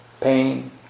pain